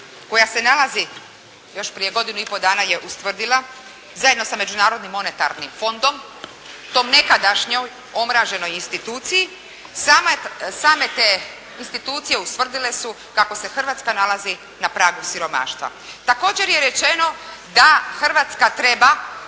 koja se nalazi, još prije godinu i pol dana je ustvrdila zajedno sa Međunarodnim monetarnim fondom toj nekadašnjoj omraženoj instituciji, same te institucije ustvrdile su kako se Hrvatska nalazi na pragu siromaštva. Također je rečeno da Hrvatska treba